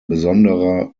besonderer